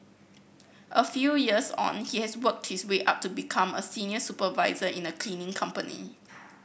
a few years on he has worked his way up to become a senior supervisor in a cleaning company